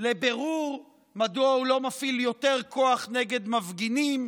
לבירור מדוע הוא לא מפעיל יותר כוח נגד מפגינים,